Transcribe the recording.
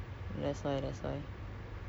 do uh oh ya